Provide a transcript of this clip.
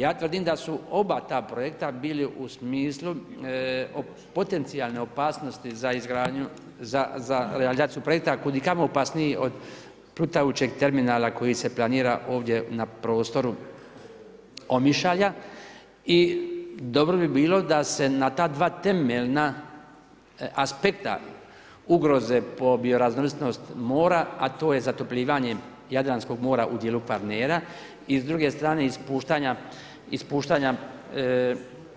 Ja tvrdim da su oba ta projekta bili u smislu potencijalne opasnosti za realizaciju projekta kudikamo opasniji od plutajućeg terminala koji se planira ovdje na prostoru Omišalja i dobro bi bilo da se na ta dva temeljna aspekta ugroze po bio raznovrsnost mora, a to je zatopljivanje Jadranskog mora u dijelu Kvarnera i s druge strane ispuštanja